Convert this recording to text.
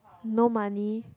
no money